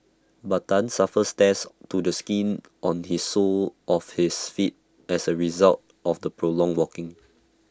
but Tan suffered tears to the skin on his sole of his feet as A result of the prolonged walking